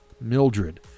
Mildred